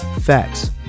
facts